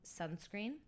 sunscreen